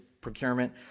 procurement